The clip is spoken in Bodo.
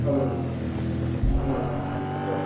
ओं उम हारसा